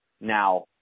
Now